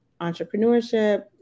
entrepreneurship